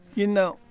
you know,